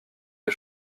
des